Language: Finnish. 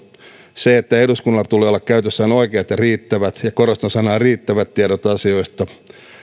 se että eduskunnalla tulee olla käytössään oikeat ja riittävät ja korostan sanaa riittävät tiedot asioista